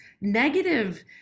negative